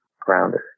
grounded